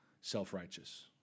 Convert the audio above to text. self-righteous